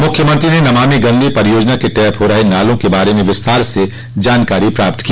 मुख्यमंत्री ने नमामि गंगे परियोजना के टैप हो रहे नालों के बारे में विस्तार से जानकारी प्राप्त की